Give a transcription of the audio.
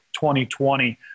2020